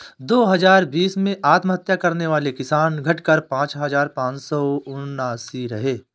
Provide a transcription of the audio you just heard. दो हजार बीस में आत्महत्या करने वाले किसान, घटकर पांच हजार पांच सौ उनासी रहे